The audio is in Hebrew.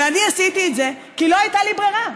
ואני עשיתי את זה כי לא הייתה לי ברירה,